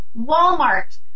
Walmart